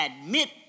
admit